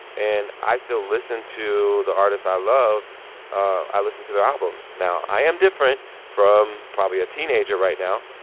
and i still listen to the artists i love ah i listen to their albums now. i am different from probably a teenager right now.